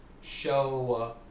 show